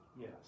Yes